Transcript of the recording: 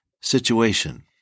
situation